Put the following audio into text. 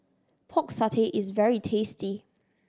Pork Satay is very tasty